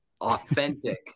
authentic